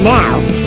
Now